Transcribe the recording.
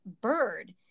bird